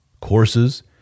courses